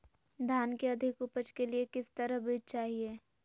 धान की अधिक उपज के लिए किस तरह बीज चाहिए?